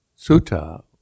sutta